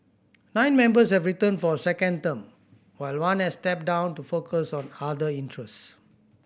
nine members have returned for a second term while one has stepped down to focus on other interest